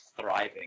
thriving